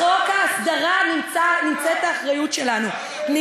בחוק ההסדרה נמצאת האחריות שלנו, בחקיקה פרטית.